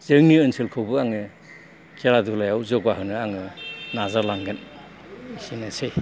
जोंनि ओनसोलखौबो आङो खेला दुलायाव जौगाहोनो आङो नाजालांगोन एसेनोसै